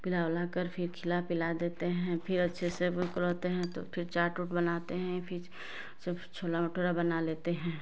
पिला उला कर फिर खिला पिला देते हैं फिर अच्छे से भूख रहते हैं तो फिर चाट उट बनाते हैं फिर छोला भटूरा बना लेते हैं